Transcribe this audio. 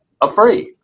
afraid